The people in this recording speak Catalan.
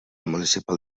municipal